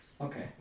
Okay